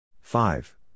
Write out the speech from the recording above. Five